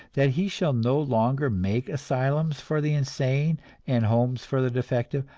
that he shall no longer make asylums for the insane and homes for the defective,